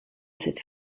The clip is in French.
cette